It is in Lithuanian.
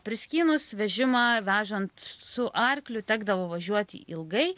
priskynus vežimą vežant su arkliu tekdavo važiuoti ilgai